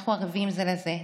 אנחנו ערבים זה לזה.